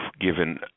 given